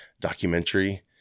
documentary